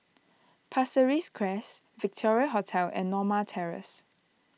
Pasir Ris Crest Victoria Hotel and Norma Terrace